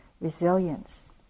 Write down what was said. resilience